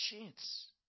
chance